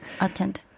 attend